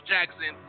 Jackson